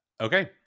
Okay